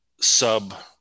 sub